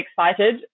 excited